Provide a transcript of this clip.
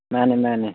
ꯃꯥꯅꯦ ꯃꯥꯅꯦ